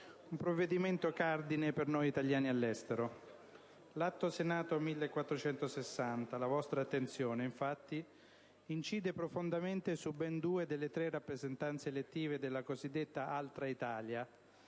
un provvedimento cardine per noi italiani all'estero. L'Atto Senato n. 1460 alla vostra attenzione, infatti, incide profondamente su ben due delle tre rappresentanze elettive della cosiddetta altra Italia,